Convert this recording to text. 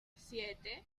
siete